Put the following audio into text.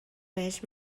بهش